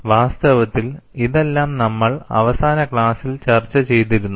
വാസ്തവത്തിൽ ഇതെല്ലാം നമ്മൾ അവസാന ക്ലാസ്സിൽ ചർച്ച ചെയ്തിരുന്നു